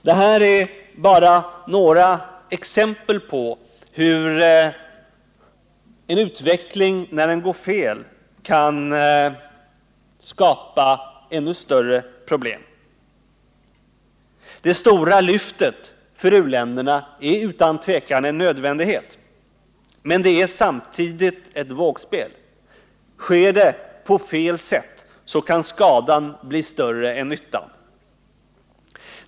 Det här är bara några exempel på hur en utveckling, när den går fel, kan skapa ännu större problem. Det stora lyftet för u-länderna är utan tvivel en nödvändighet, men det är samtidigt ett vågspel. Sker det på fel sätt kan skadan bli större än nyttan.